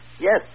Yes